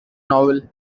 novel